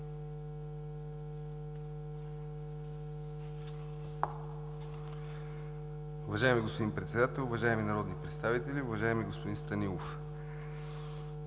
Уважаеми господин Председател, уважаеми народни представители, уважаеми господин Станилов!